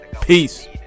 Peace